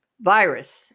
virus